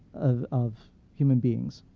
of of human beings.